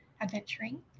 adventuring